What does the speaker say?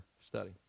study